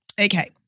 Okay